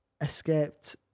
escaped